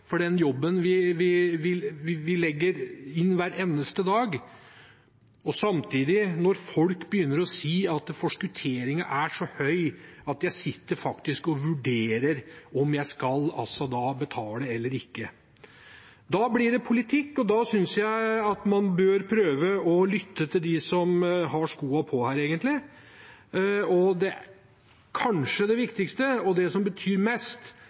for den jobben de legger inn hver eneste dag, og når folk begynner å si at forskutteringen er så høy at de faktisk sitter og vurderer om de skal betale eller ikke, da blir det politikk. Da synes jeg man bør prøve å lytte til dem som har skoene på, egentlig. Det kanskje viktigste og det som betyr mest,